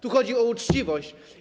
Tu chodzi o uczciwość.